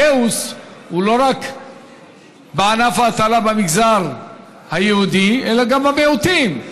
הכאוס הוא לא רק בענף ההטלה במגזר היהודי אלא גם במיעוטים,